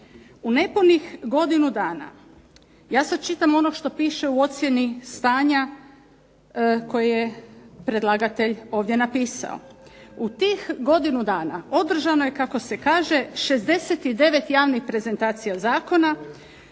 U nepunih godinu dana, ja sad čitam ono što piše u ocjeni stanja koje je predlagatelj ovdje napisao. U tih godinu dana održano je kako se kaže 69 javnih prezentacija zakona,